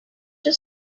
just